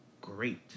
Great